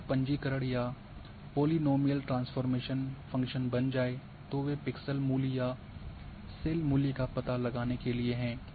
एक बार पंजीकरण या पोलीनोमिअल ट्रांसफॉर्मेशन फंक्शन बन जाये तो वे पिक्सेल मूल्य या सेल मूल्य का पता लगाने के लिए है